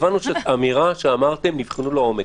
הבנו שנבחנו לעומק.